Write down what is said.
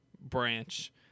branch